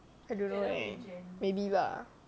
I don't know leh maybe lah